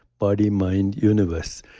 body, mind, universe.